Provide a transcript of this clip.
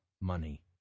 money